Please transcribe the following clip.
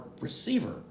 receiver